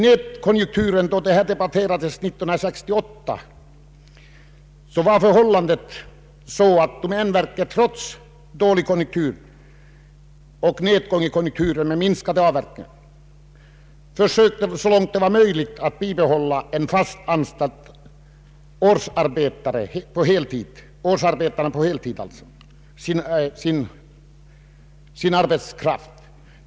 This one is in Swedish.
När detta ärende debatterades 1968 påpekades att domänverket trots en nedgång i konjunkturerna med minskad avverkning som följd försökte att så långt som möjligt behålla sin arbetskraft på heltid och helår.